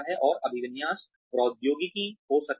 और अभिविन्यास प्रौद्योगिकी हो सकती है